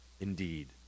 Indeed